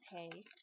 okay